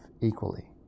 equally